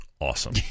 awesome